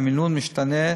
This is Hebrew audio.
המינון משתנה,